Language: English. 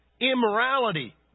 immorality